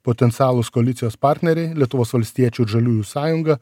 potencialūs koalicijos partneriai lietuvos valstiečių ir žaliųjų sąjunga